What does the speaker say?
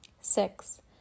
six